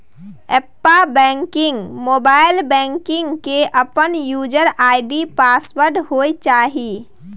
app banking, mobile banking के अपन user ID password होय चाहिए